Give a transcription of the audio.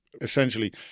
essentially